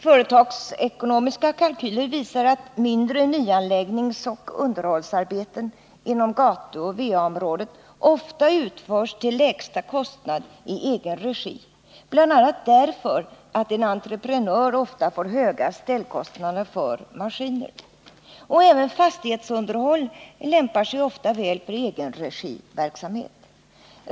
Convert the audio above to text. Företagsekonomiska kalkyler visar att mindre nyanläggningsoch underhållsarbeten inom gatuoch Va-området ofta utförs till lägsta kostnad i egen regi, bl.a. därför att en entreprenör ofta får höga ställkostnader för maskiner. Även fastighetsunderhåll lämpar sig ofta väl för egenregiverksamhet.